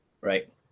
Right